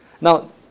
Now